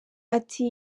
ati